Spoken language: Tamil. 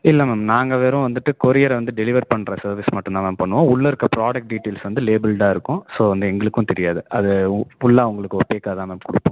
இல்லை மேம் நாங்கள் வெறும் வந்துவிட்டு கொரியரை வந்து டெலிவரி பண்ணுற சர்விஸ் மட்டும் தான் மேம் பண்ணுவோம் உள்ளே இருக்கிற ப்ராடெக்ட் டீடைல்ஸ் வந்து லேபிள்டாக இருக்கும் ஸோ அது எங்களுக்கும் தெரியாது அதை ஃபுல்லாக உங்களுக்கு ஒரு பேக்காக தான் மேம் கொடுப்போம்